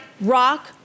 rock